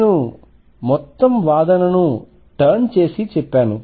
నేను మొత్తం వాదనను టర్న్ చేసి చెప్పాను